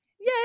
Yay